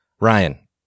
Ryan